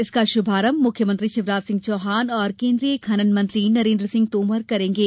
इसका शुभारंभ मुख्यमंत्री शिवराज सिंह चौहान और केन्द्रीय खनन मंत्री नरेन्द्र सिंह तोमर करेंगे